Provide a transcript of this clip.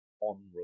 on